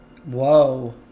Whoa